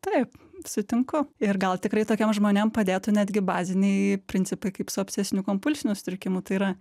taip sutinku ir gal tikrai tokiem žmonėm padėtų netgi baziniai principai kaip su obsesiniu kompulsiniu sutrikimu tai yra